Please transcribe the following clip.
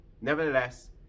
nevertheless